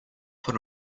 put